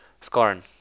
Scorn